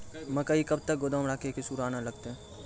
मकई कब तक गोदाम राखि की सूड़ा न लगता?